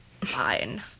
fine